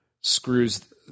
screws